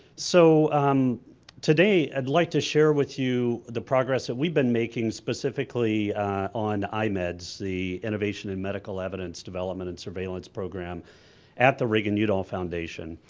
so today and like to share with you the progress that we've been making specifically on imeds, the innovation in medical evidence development and surveillance program at the reagan-udall foundation.